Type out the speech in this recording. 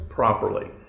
Properly